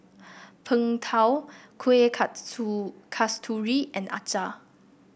Png Tao Kuih Kasturi and acar